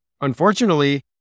unfortunately